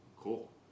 cool